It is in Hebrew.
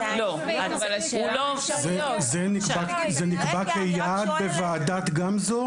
זה נקבע כיעד בוועדת גמזו?